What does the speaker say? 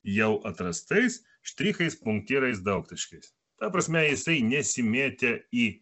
jau atrastais štrichais punktyrais daugtaškiais ta prasme jisai nesimėtė į